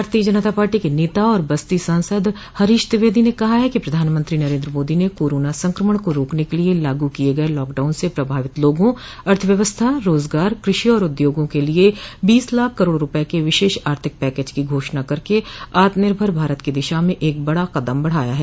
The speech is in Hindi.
भारतीय जनता पार्टी के नेता और बस्ती सांसद हरीश द्विवेदी ने कहा है कि प्रधानमंत्री नरेन्द्र मोदी ने कोरोना संक्रमण को रोकने के लिये लागू किये गये लॉकडाउन से प्रभावित लोगों अर्थव्यवस्था रोजगार कृषि और उद्योगों क लिये बीस लाख करोड़ रूपये के विशेष आर्थिक पैकेज की घोषणा करके आत्मनिर्भर भारत की दिशा में एक बड़ा कदम बढ़ाया है